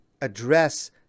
address